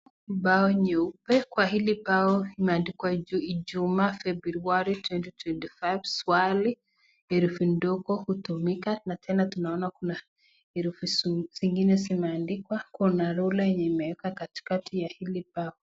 Bao nyeupe kwa hili bao imeandikwa Ijumaa Februari 2025 swali, herifu ndogo utumika natena tunaona kuna herifu zingine zimeandikwa kuna rula yenye imewekwa katika ya hili bao.